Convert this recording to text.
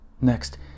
Next